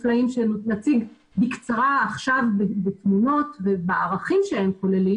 שנציג בקצרה עכשיו בתמונות ובערכים שהם כוללים